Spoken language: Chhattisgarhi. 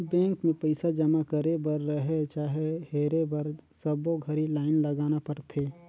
बेंक मे पइसा जमा करे बर रहें चाहे हेरे बर सबो घरी लाइन लगाना परथे